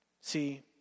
See